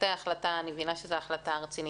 אני מבינה שזו החלטה רצינית.